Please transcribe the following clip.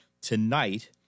tonight